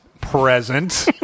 Present